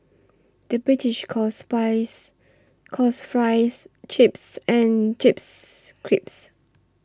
the British calls buys calls Fries Chips and Chips Crisps